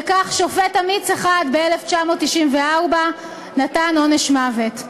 וכך שופט אמיץ אחד ב-1994 נתן עונש מוות.